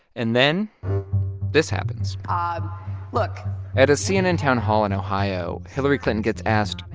and then this happens um look at a cnn town hall in ohio, hillary clinton gets asked,